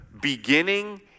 beginning